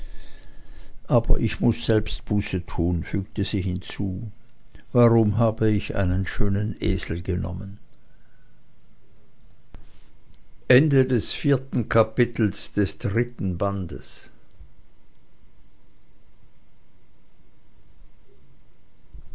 aber ich muß selbst buße tun fügte sie hinzu warum hab ich einen schönen esel genommen